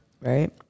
right